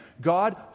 God